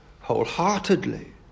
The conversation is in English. wholeheartedly